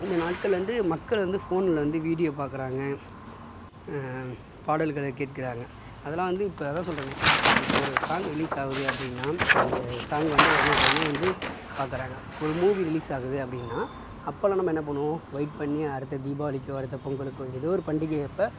இந்த நாட்களில் வந்து மக்கள் வந்து ஃபோனில் வந்து வீடியோ பார்க்குறாங்க பாடல்களை கேட்க்குறாங்க அதெல்லாம் வந்து இப்போ அதான் சொல்றனே இப்போ ஒரு சாங் ரிலீஸ் ஆகுது அப்படின்னா அந்த சாங் வந்து ஒனுக்கு உடனே வந்து பார்க்குறாங்க ஒரு மூவி ரிலீஸ் ஆகுது அப்படினா அப்போலான் நம்ம என்ன பண்ணுவோம் வெயிட் பண்ணி அடுத்த தீபாவளிக்கு அடுத்த பொங்கலுக்கு எதோ ஒரு பண்டிகை அப்போ